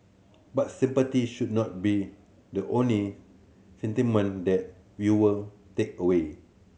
but sympathy should not be the only sentiment the viewer take away